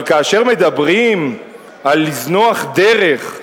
אבל כאשר מדברים על לזנוח דרך,